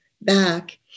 back